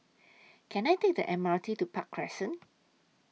Can I Take The M R T to Park Crescent